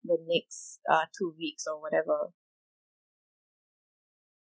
the next uh two weeks or whatever